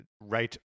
right